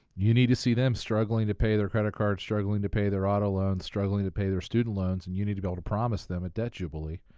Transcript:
you need to see them struggling to pay their credit cards, struggling to pay their auto loans, struggling to pay their student loans and you need to be able to promise them a debt jubilee,